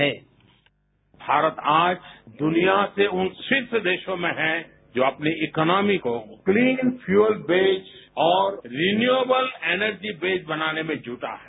sound bite Bharat आज दुनिया से उन शीर्ष देशों में है जो अपनी इकोनोमी को क्लीन फ्यूल बेस्ड और रिन्यूएबल एनर्जी बेस्ड बनाने में जुटा है